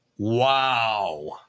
Wow